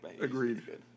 agreed